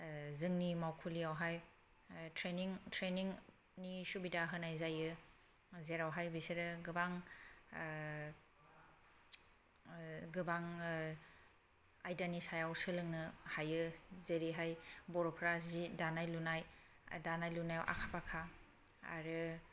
जोंनि मावखुलियावहाय ट्रेनिं ट्रेनिंनि सुबिदा होनाय जायो जेरावहाय बिसोरो गोबां गोबां आयदानि सायाव सोलोंनो हायो जेरैहाय बर'फ्रा जि दानाय लुनाय दानाय लुनायाव आखा फाखा आरो